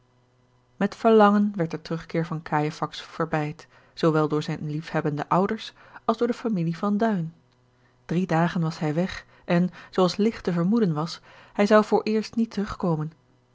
met verlangen werd de terugkeer van cajefax verbeid zoowel door zijne liefhebbende ouders als door de familie van duin drie dagen was hij weg en zoo als ligt te vermoeden was hij zou vooreerst niet terug